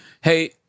Hey